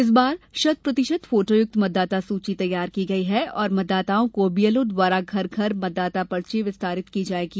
इस बार शत प्रतिशत फोटोयुक्त मतदाता सूची तैयार की गई है और मतदाताओं को बीएलओ द्वारा घर घर मतदाता पर्ची वितरित की जायेगी